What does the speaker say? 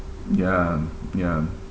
ya ya